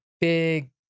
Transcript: big